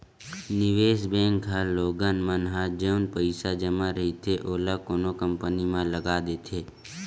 निवेस बेंक ह लोगन मन ह जउन पइसा जमा रहिथे ओला कोनो कंपनी म लगा देथे